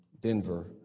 Denver